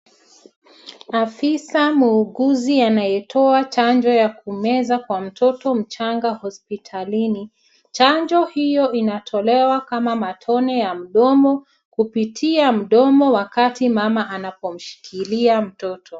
Afisa mwuguzi anayetoa chanjo ya kumeza kwa mtoto mchanga hospitalini. Chanjo hiyo inatolewa kama matone ya mdomo kupitia mdomo wakati mama anapomshikilia mtoto.